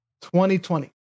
2020